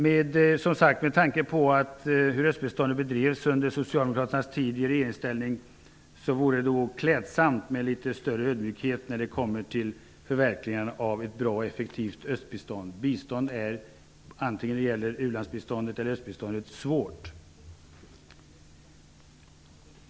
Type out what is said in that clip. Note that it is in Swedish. Med tanke på hur östbiståndet bedrevs under Socialdemokraternas tid i regeringsställning vore det klädsamt med litet större ödmjukhet när det kommer till förverkligandet av ett bra och effektivt östbistånd. Bistånd är, antingen det gäller ulandsbistånd eller östbistånd, svårt.